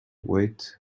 wait